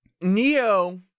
Neo